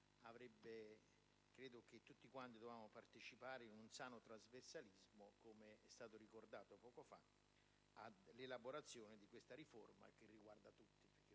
di più. Tutti avremmo dovuto partecipare con un sano trasversalismo, come è stato ricordato poc'anzi, all'elaborazione di questa riforma che riguarda tutti.